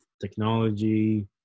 technology